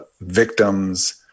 victims